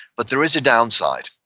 but there is a downside,